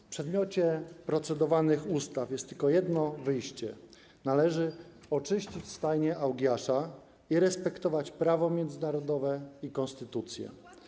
W przedmiocie procedowanych ustaw jest tylko jedno wyjście: należy oczyścić stajnię Augiasza i respektować prawo międzynarodowe i konstytucję.